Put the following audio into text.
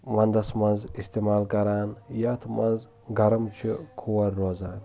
وۄندس منٛز استعمال کران یتھ منٛز گرم چھِ کھور روزان